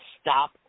stop